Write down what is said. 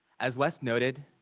as wes noted,